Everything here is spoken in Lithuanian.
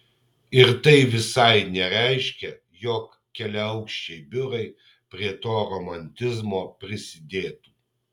ir tai visai nereiškia jog keliaaukščiai biurai prie to romantizmo prisidėtų